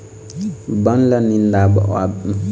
बन ल निंदवाबे तभो ले ओखर कांदा ह जमीन के भीतरी म रहि जाथे